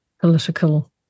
political